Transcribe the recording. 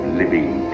living